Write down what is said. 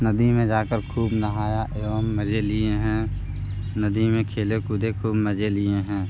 नदी में जा कर खूब नहाया एवम मज़े लिए हैं नदी में खेले कूदे खूब मजे लिए हैं